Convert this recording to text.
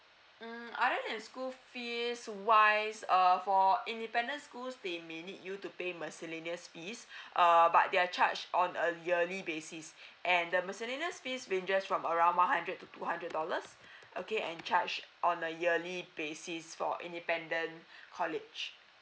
mm other than school fees wise uh for independent schools they may need you to pay miscellaneous fees uh but they are charged on a yearly basis and the miscellaneous fees ranges from around one hundred to two hundred dollars okay and charged on a yearly basis for independent college